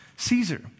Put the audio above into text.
Caesar